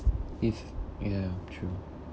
if ya true